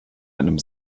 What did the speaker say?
einem